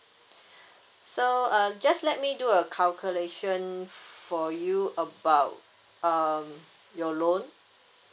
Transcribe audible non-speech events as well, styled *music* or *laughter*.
*breath* so uh just let me do a calculation for you about um your loan